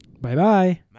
bye-bye